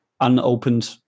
unopened